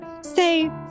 say